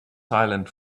silent